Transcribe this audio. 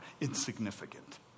insignificant